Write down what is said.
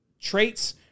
traits